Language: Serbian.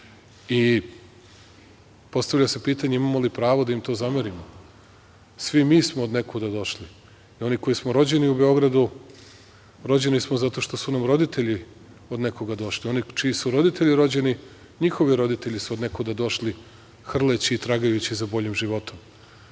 decu. Postavlja se pitanje - imamo li pravo da im to zamerimo? Svi mi smo od nekuda došli. I oni koji smo rođeni u Beogradu, rođeni smo zato što su nam roditelji od nekuda došli, oni čiji su roditelji rođeni, njihovi roditelji su od nekuda došli, hrleći i tragajući za boljim životom. Šta